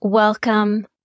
Welcome